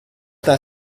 that